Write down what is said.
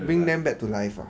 bring them back to life ah